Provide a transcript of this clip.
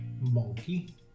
Monkey